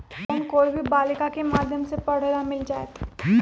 Loan कोई भी बालिका के माध्यम से पढे ला मिल जायत?